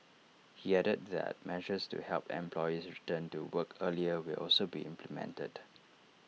he added that measures to help employees return to work earlier will also be implemented